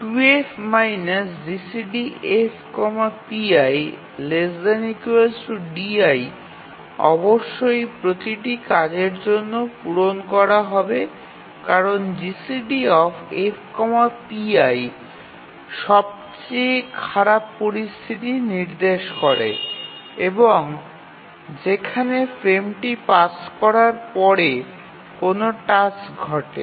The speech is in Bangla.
2F GCD F pi ≤ di অবশ্যই প্রতিটি কাজের জন্য পূরণ করা হবে কারণ GCDF pi সবচেয়ে খারাপ পরিস্থিতি নির্দেশ করে এবং যেখানে ফ্রেমটি পাস করার পরে কোনও টাস্ক ঘটে